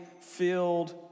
filled